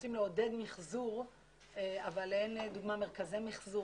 ורוצים לעודד מחזור אבל אין לדוגמה מרכזי מחזור